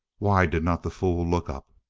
why did not the fool look up?